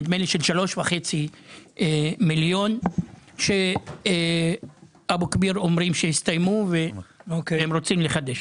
3.5 מיליון שאבו כביר אומרים שהסתיימו והם רוצים לחדש.